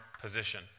position